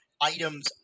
items